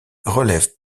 relèvent